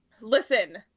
Listen